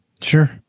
Sure